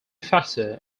factor